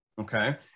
Okay